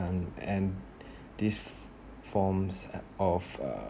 um and this forms of uh